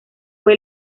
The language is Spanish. fue